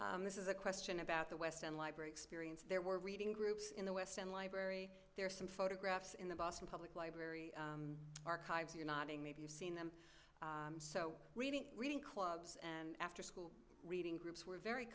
this is a question about the west and library experience there were reading groups in the west and library there are some photographs in the boston public library archives you're nodding maybe you've seen them so reading reading clubs and after school reading groups were very